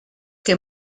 que